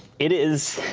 it is